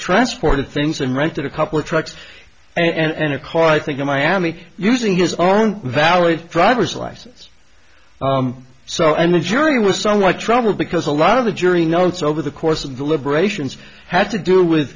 transport of things and rented a couple of trucks and a car i think in miami using his own valid driver's license so and the jury was somewhat troubled because a lot of the jury notes over the course of the liberations had to do with